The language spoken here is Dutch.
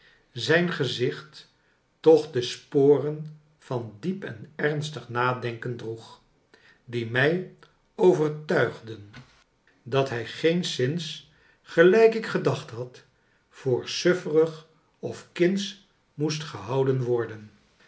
zijn gezicht toch de sporen van diep en ernstig nadenken droeg die mij overtuigden dat hij geenszins gelijk ik gedacht had voor sufferig of kindsch moest gehouden worden